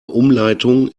umleitung